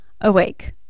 awake